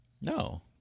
no